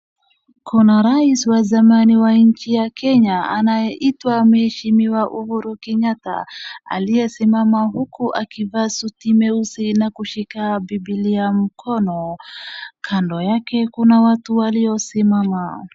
Kuna rais wa zamani wa nchi ya kenya anayeitwa mheshimiwa uhuru kenyatta aliyeshimama huku akivaa suti meusi na kushika bibilia mkono kando yake kuna watu waliosimama